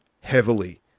heavily